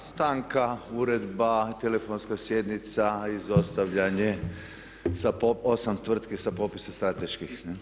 Da stanka, uredba, telefonska sjednica, izostavljanje 8 tvrtki sa popisa strateških.